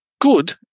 good